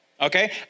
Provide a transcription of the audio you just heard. Okay